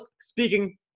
Speaking